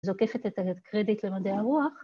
‫זוקפת את הקרדיט למדעי הרוח.